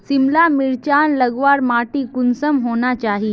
सिमला मिर्चान लगवार माटी कुंसम होना चही?